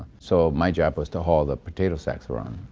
so, my job was to haul the potato sacks around.